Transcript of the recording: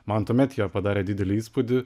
man tuomet jie padarė didelį įspūdį